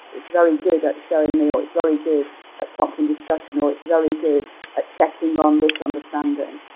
it's very good at showing me, or it's very good at prompting discussion, or it's very good at checking on this understanding.